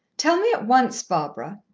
tell me at once, barbara.